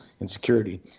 insecurity